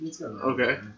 Okay